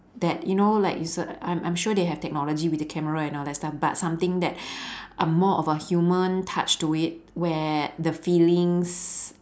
that you know like it's a I'm I'm sure they have technology with the camera and all that stuff but something that uh more of a human touch to it where the feelings